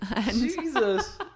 Jesus